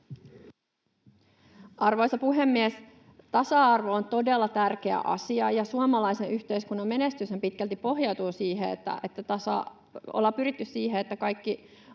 Arvoisa puhemies! Tasa-arvo on todella tärkeä asia, ja suomalaisen yhteiskunnan menestyshän pitkälti pohjautuu siihen, että ollaan pyritty siihen, että kaikki